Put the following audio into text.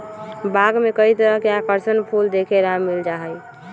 बाग में कई तरह के आकर्षक फूल देखे ला मिल जा हई